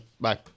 Bye